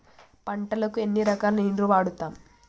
పంటలకు ఎన్ని రకాల నీరు వాడుతం?